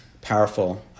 powerful